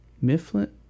Mifflin